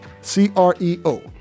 c-r-e-o